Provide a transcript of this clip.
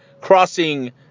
crossing